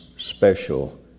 Special